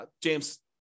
James